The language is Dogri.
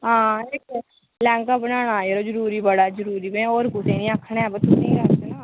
हां इक लैह्ंगा बनाना जरो जरूरी बड़ा जरूरी में होर कुसै ई निं आखना ऐ अबा तुसें ई आखना